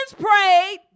prayed